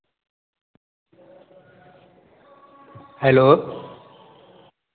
hello